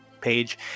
page